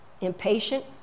impatient